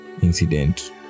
incident